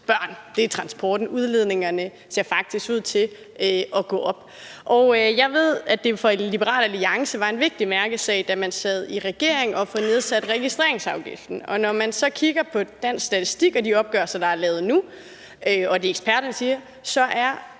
smertensbørn er transporten – CO2-udledningen ser faktisk ud til at stige. Og jeg ved, at det for Liberal Alliance var en vigtig mærkesag, da man sad i regering, at få nedsat registreringsafgiften, og når man så kigger på de opgørelser fra Danmarks Statistik, der er lavet nu, og det, eksperterne siger, så